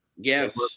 Yes